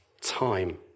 time